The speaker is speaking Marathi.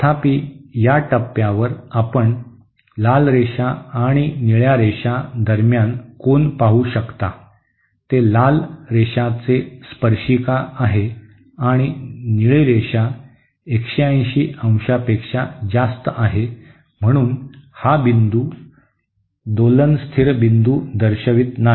तथापि या टप्प्यावर आपण लाल रेखा आणि निळ्या रेषा दरम्यान कोन पाहू शकता ते लाल रेषाचे स्पर्शिका आहे आणि निळे रेखा 180 than पेक्षा जास्त आहे म्हणून हा बिंदू दोलन स्थिर बिंदू दर्शवित नाही